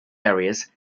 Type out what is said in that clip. areas